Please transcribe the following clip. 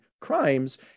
crimes